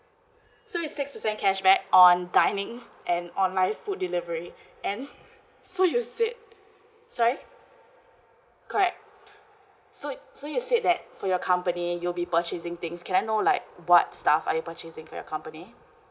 so it's six percent cashback on dining and online food delivery and so you said sorry correct so so you said that for your company you'll be purchasing things can I know like what stuff are you purchasing for your company